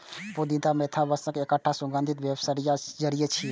पुदीना मेंथा वंशक एकटा सुगंधित बरमसिया जड़ी छियै